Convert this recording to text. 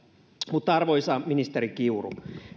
arvoisa ministeri kiuru